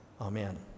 amen